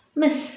miss